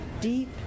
deep